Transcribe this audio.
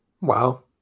Wow